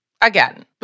Again